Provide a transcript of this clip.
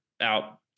out